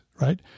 Right